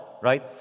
right